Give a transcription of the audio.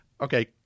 Okay